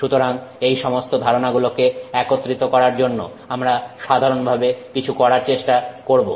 সুতরাং এই সমস্ত ধারণাগুলোকে একত্রিত করার জন্য আমরা সাধারণভাবে কিছু করার চেষ্টা করব